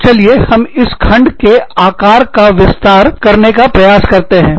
तो चलिए हम इस खंड के आकार का विस्तार करने का प्रयास करते हैं